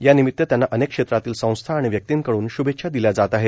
यानिमित्त त्यांना अनेक क्षेत्रातील संस्था आणि व्यक्तींकडून शुभेच्छा दिल्या जात आहेत